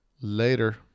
Later